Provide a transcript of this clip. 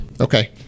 Okay